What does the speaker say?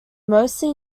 mostly